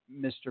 Mr